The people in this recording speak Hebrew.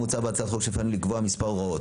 מוצע בהצעת החוק שלפנינו לקבוע מספר הוראות,